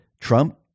Trump